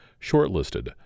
Shortlisted